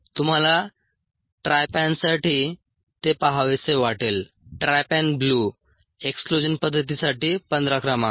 तुम्हाला ट्रायपॅनसाठी ते पहावेसे वाटेल ट्रायपॅन ब्लू एक्सक्लूजन पद्धतीसाठी पंधरा क्रमांक